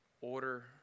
order